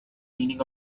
meaning